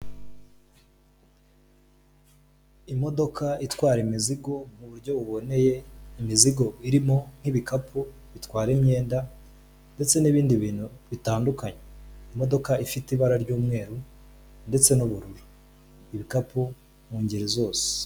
Imodoka itwara imizigo mu buryo buboneye, imizigo irimo nk'ibikapu bitwara imyenda ndetse n'ibindi bintu bitandukanye, imodoka ifite ibara ry'umweru ndetse n'ubururu, ibikapu mu ngeri zose.